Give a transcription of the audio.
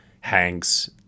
Hanks